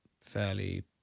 fairly